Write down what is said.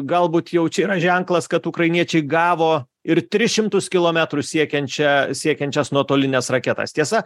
galbūt jau čia yra ženklas kad ukrainiečiai gavo ir tris šimtus kilometrų siekiančią siekiančias nuotolines raketas tiesa